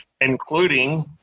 including